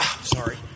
sorry